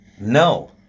No